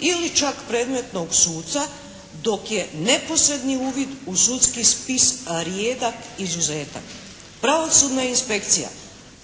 ili čak predmetnog suca dok je neposredni uvid u sudski spis rijedak izuzetak. Pravosudna inspekcija